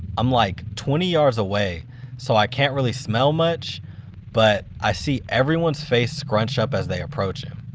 i'm like twenty yards away so i can't really smell much but i see everyone's face scrunch up as they approach him.